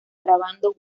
grabando